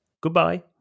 Goodbye